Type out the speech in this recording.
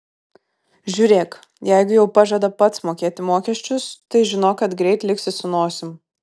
žiūrėk jeigu jau pažada pats mokėti mokesčius tai žinok kad greit liksi su nosim